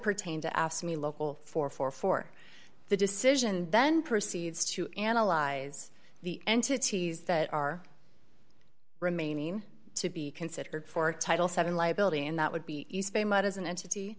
pertained to ask me local for four for the decision and then proceeds to analyze the entities that are remaining to be considered for a title seven liability and that would be used very much as an entity